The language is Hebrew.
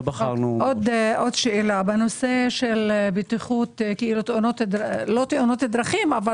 בנושא של בטיחות לא תאונות דרכים אבל